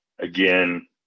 again